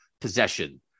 possession